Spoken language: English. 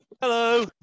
Hello